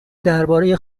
درباره